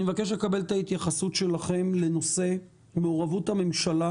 אני מבקש לקבל את ההתייחסות שלכם לנושא: מעורבות הממשלה